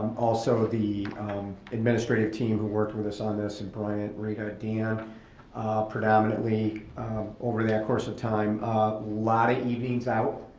also the administrative team who worked with us on this and brian, rita, dan, all predominantly over that course of time. a lot of evenings out,